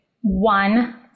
one